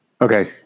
Okay